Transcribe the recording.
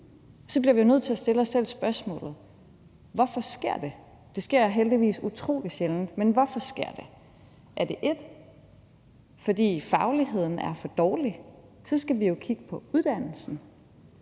så bliver vi jo nødt til at stille os selv spørgsmålet, hvorfor det sker. Det sker heldigvis utrolig sjældent, men hvorfor sker det? Er det, 1) fordi fagligheden er for dårlig? Så skal vi jo kigge på uddannelsen.